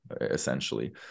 essentially